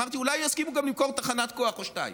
אמרתי: אולי גם יסכימו למכור תחנת כוח או שתיים.